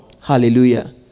Hallelujah